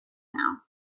now